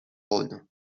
rhône